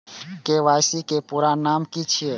KYC के पूरा नाम की छिय?